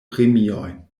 premiojn